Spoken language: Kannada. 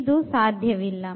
ಇದು ಸಾಧ್ಯವಿಲ್ಲ